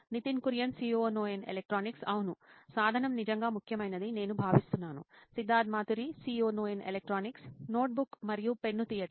Nitin Kurian COO Noin electronics అవును సాధనం నిజంగా ముఖ్యమైనదని నేను భావిస్తున్నాను Siddharth Maturi CEO Noin electronics notebook మరియు పెన్ను తీయటం